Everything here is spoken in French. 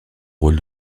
rôle